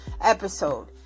episode